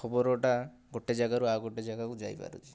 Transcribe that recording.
ଖବରଟା ଗୋଟିଏ ଜାଗାରୁ ଆଉ ଗୋଟିଏ ଜାଗାକୁ ଯାଇପାରୁଛି